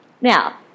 Now